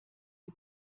die